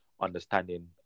understanding